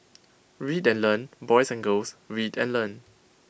read and learn boys and girls read and learn